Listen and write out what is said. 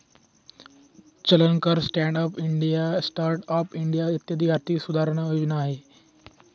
चलन कर्ज, stand up India, start up India इत्यादी आर्थिक सुधारणा योजना आहे